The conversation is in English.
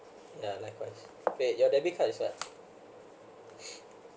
yeah likewise eh your debit card is what